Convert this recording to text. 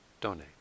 donate